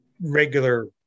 regular